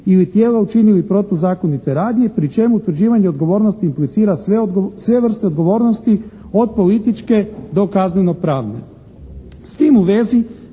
ili tijela učinili protuzakonite radnje pri čemu utvrđivanje odgovornosti implicira sve vrste odgovornosti od političke do kaznenopravne.